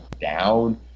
down